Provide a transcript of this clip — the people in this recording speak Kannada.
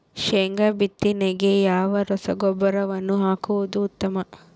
ಶೇಂಗಾ ಬಿತ್ತನೆಗೆ ಯಾವ ರಸಗೊಬ್ಬರವನ್ನು ಹಾಕುವುದು ಉತ್ತಮ?